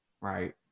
right